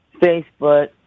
Facebook